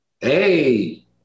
Hey